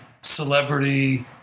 celebrity